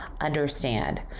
understand